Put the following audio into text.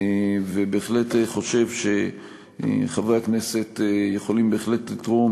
וחושב שחברי הכנסת יכולים בהחלט לתרום,